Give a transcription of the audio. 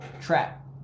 Trap